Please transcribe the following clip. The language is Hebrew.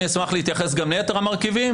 אני אשמח להתייחס גם ליתר המרכיבים,